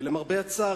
למרבה הצער,